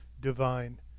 divine